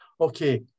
Okay